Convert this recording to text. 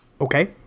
Okay